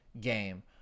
game